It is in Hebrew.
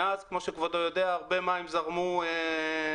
מאז, כמו שכבודו יודע, הרבה מים זרמו בירדן,